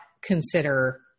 consider